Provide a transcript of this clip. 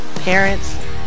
parents